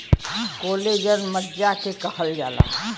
collagen मज्जा के कहल जाला